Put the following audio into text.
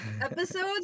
Episodes